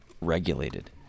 regulated